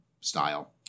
style